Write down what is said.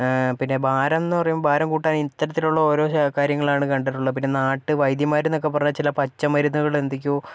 പിന്നെ ഭാരംന്ന് പറയുമ്പൊ ഭാരം കൂട്ടാൻ ഇത്തരത്തിലൊള്ള ഓരോ കാര്യങ്ങളാണ് കണ്ടിട്ടുള്ളത് പിന്നെ നാട്ട് വൈദ്യന്മാരൊന്നൊക്കെ പറഞ്ഞാൽ ചില പച്ച മരുന്നുകൾ എന്തൊക്കെയൊ